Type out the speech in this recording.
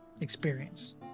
experience